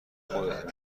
خودته